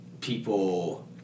People